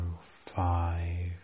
five